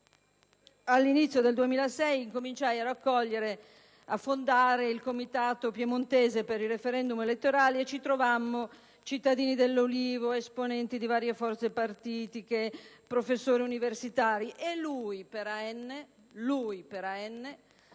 all'inizio del 2006, cominciai a fondare il comitato piemontese per il *referendum* elettorale e ci trovammo, cittadini dell'Ulivo, esponenti di varie forze partitiche, professori universitari e lui, per Alleanza